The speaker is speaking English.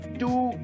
two